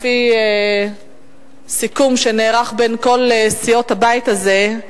לפי סיכום שנערך בין כל סיעות הבית הזה,